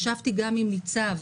ישבתי גם עם ניצב